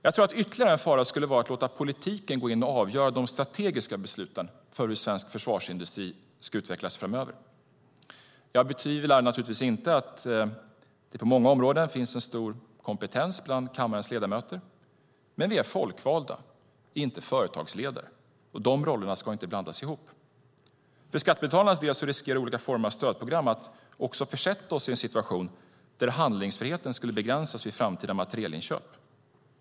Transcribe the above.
Jag tror att ytterligare en fara skulle vara att låta politiken gå in och avgöra de strategiska besluten för hur svensk försvarsindustri ska utvecklas framöver. Jag betvivlar naturligtvis inte att det på många områden finns en stor kompetens bland kammarens ledamöter, men vi är folkvalda, inte företagsledare. De rollerna ska inte blandas ihop. För skattebetalarnas del riskerar olika former av stödprogram att också försätta oss i en situation där handlingsfriheten skulle begränsas vid framtida materielinköp.